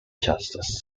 justices